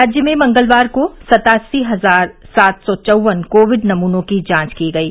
राज्य में मंगलवार को सत्तासी हजार सात सौ चौवन कोविड नमूनों की जांच की गयी